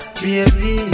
baby